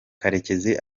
karekezi